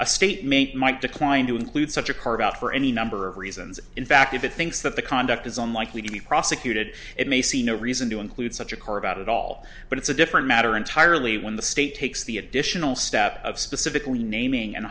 a state maint might decline to include such a carve out for any number of reasons in fact if it thinks that the conduct is unlikely to be prosecuted it may see no reason to include such a car about it all but it's a different matter entirely when the state takes the additional step of